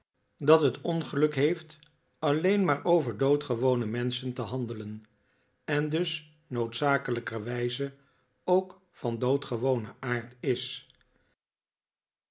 dat het ongeluk heeft alleen maar over doodgewone menschen te handelen en dus noodzakelijkerwijze ook van doodgewonen aard is